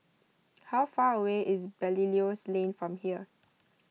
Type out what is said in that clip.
how far away is Belilios Lane from here